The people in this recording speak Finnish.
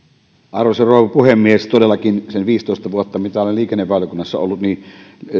arvoisa rouva puhemies todellakin sen viisitoista vuotta mitä olen liikennevaliokunnassa ollut niin